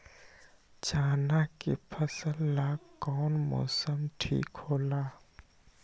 चाना के फसल ला कौन मौसम ठीक होला?